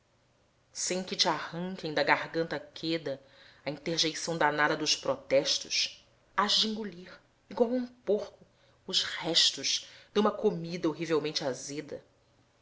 sem que te arranquem da garganta queda a interjeição danada dos protestos hás de engolir igual a um porco os restos duma comida horrivelmente azeda